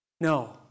No